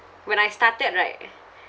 when I started right